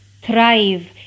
thrive